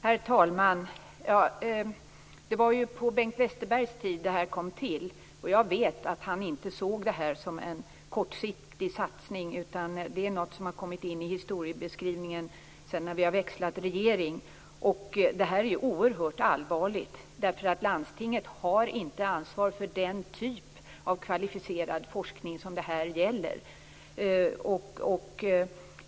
Herr talman! Det var på Bengt Westerbergs tid som frågan togs upp. Jag vet att han inte såg detta som en kortsiktig satsning. Det är något som har kommit in i historieskrivningen när vi har växlat regering. Det är oerhört allvarligt. Landstinget har inte ansvar för den typ av kvalificerad forskning som det här gäller.